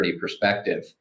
perspective